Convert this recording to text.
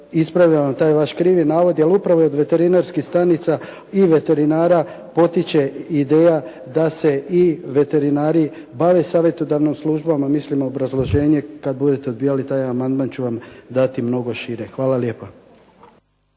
ispravljam taj vaš krivi navod, jer upravo od veterinarskih stanica i veterinara potiče ideja da se i veterinari bave savjetodavnom službom, a mislim obrazloženje kada budete odbijali taj amandman ću vam dati mnogo šire. Hvala lijepa.